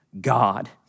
God